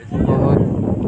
ବହୁତ